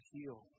Heal